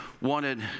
wanted